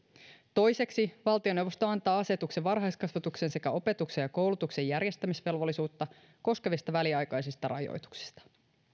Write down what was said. toiseksi valtioneuvosto antaa asetuksen varhaiskasvatuksen sekä opetuksen ja koulutuksen järjestämisvelvollisuutta koskevista väliaikaisista rajoituksista